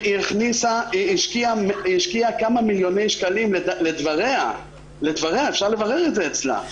לדבריה היא השקיעה כמה מיליוני שקלים ואפשר לברר את זה אצלה.